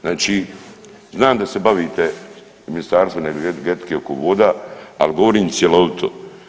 Znači znam da se bavite u ministarstvu energetike oko voda, ali govorim cjelovito.